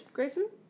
Grayson